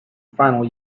final